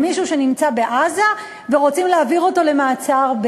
על מישהו שנמצא בעזה ורוצים להעביר אותו למעצר,